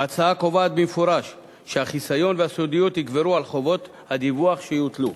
ההצעה קובעת במפורש שהחיסיון והסודיות יגברו על חובות הדיווח שיוטלו.